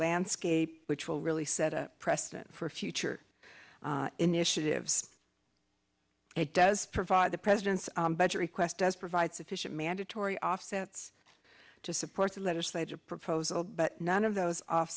landscape which will really set a precedent for future initiatives it does provide the president's budget request does provide sufficient mandatory offsets to support a legislative proposal but none of those off